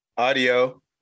Audio